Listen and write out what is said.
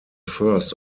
first